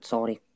Sorry